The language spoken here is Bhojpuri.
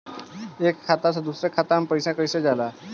एक खाता से दूसर खाता मे पैसा कईसे जाला?